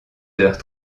d’heures